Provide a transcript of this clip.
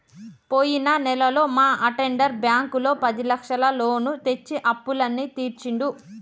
పోయిన నెలలో మా అటెండర్ బ్యాంకులో పదిలక్షల లోను తెచ్చి అప్పులన్నీ తీర్చిండు